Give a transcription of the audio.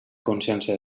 consciència